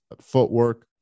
footwork